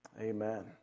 Amen